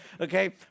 okay